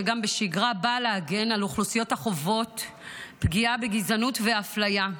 שגם בשגרה באה להגן על אוכלוסיות החוות פגיעה בגזענות ואפליה.